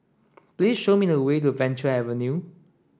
please show me the way to Venture Avenue